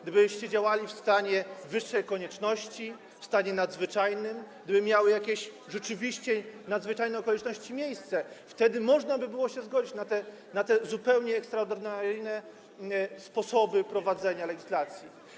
Gdybyście działali w stanie wyższej konieczności, w stanie nadzwyczajnym, gdyby miały jakieś rzeczywiście nadzwyczajne okoliczności miejsce, wtedy można by było się zgodzić na te zupełnie ekstraordynaryjne sposoby prowadzenia legislacji.